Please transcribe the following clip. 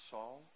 Saul